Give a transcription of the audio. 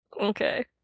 Okay